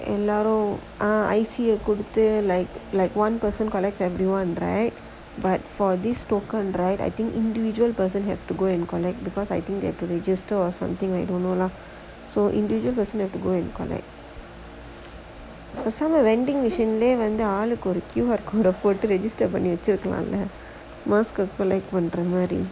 ஆமா:aamaa I_C குடுத்து:kuduthu like like one person collect everyone right but for this token right I think individual person have to go and collect because I think they're religious store or something like don't know lah so individual person have to go and collect பேசாம:pesaama vending machine வந்து ஆளுக்கு ஒரு:vanthu aalukku oru Q_R code போட்டு:pottu register பண்ணி வச்சு இருக்கலாம்ல:panni vachu irukkalaamla mask collect பண்ற மாறி:pandra maari